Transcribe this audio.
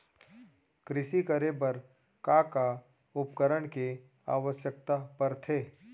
कृषि करे बर का का उपकरण के आवश्यकता परथे?